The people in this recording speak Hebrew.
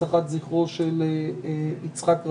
הנצחת זכרו של יצחק רבין,